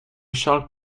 charles